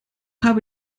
habe